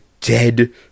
dead